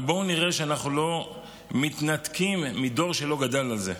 אבל בואו נראה שאנחנו לא מתנתקים מדור שלא גדל על זה.